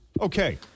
Okay